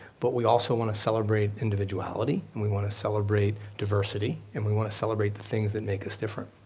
but we also want to celebrate individuality and we want to celebrate diversity and we want to celebrate the things that make us different.